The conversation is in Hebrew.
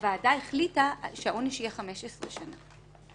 הוועדה החליטה שהעונש יהיה 15 שנים.